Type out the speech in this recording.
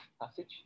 passage